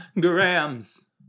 Grams